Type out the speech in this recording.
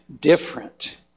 different